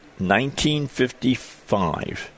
1955